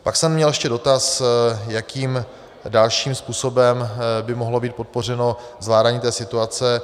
Pak jsem měl ještě dotaz, jakým dalším způsobem by mohlo být podpořeno zvládání té situace.